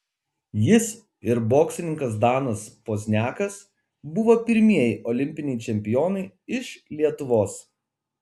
jis ir boksininkas danas pozniakas buvo pirmieji olimpiniai čempionai iš lietuvos